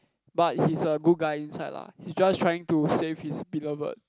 but he's a good guy inside lah he's just trying to save his beloved